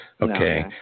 Okay